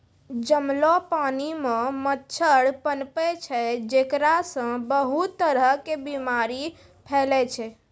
जमलो पानी मॅ मच्छर पनपै छै जेकरा सॅ बहुत तरह के बीमारी फैलै छै